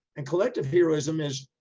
and collective heroism is,